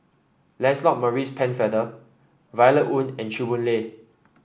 Lancelot Maurice Pennefather Violet Oon and Chew Boon Lay